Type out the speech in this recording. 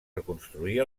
reconstruir